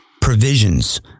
provisions